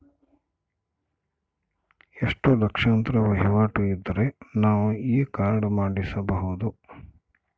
ಎಷ್ಟು ಲಕ್ಷಾಂತರ ವಹಿವಾಟು ಇದ್ದರೆ ನಾವು ಈ ಕಾರ್ಡ್ ಮಾಡಿಸಬಹುದು?